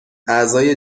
اعضای